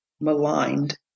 maligned